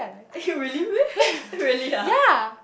actually really meh really ah